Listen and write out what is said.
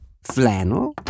Flannel